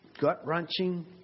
gut-wrenching